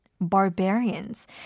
barbarians